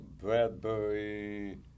Bradbury